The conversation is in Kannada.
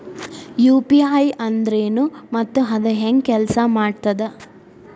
ಯು.ಪಿ.ಐ ಅಂದ್ರೆನು ಮತ್ತ ಅದ ಹೆಂಗ ಕೆಲ್ಸ ಮಾಡ್ತದ